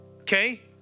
okay